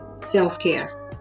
self-care